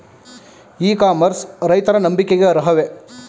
E commerce ರೈತರ ನಂಬಿಕೆಗೆ ಅರ್ಹವೇ?